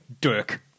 Dirk